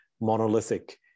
monolithic